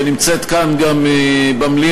שנמצאת כאן גם במליאה,